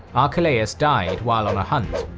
archelaus died while on a hunt,